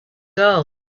girl